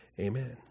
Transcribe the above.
Amen